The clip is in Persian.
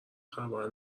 خبر